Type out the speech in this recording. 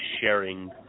sharing